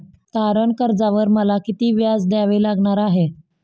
तारण कर्जावर मला किती व्याज द्यावे लागणार आहे?